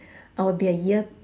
I will be a ear